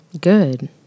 Good